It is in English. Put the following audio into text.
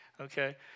Okay